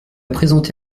présenté